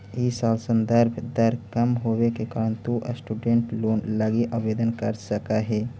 इ साल संदर्भ दर कम होवे के कारण तु स्टूडेंट लोन लगी आवेदन कर सकऽ हे